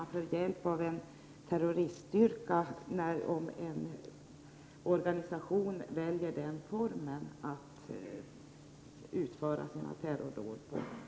Vilken hjälp har vi av en terroriststyrka om en organisation väljer en sådan form för att utföra sina terrordåd?